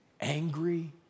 Angry